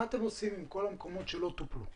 מה אתם עושים עם כל המקומות שלא טופלו?